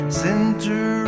center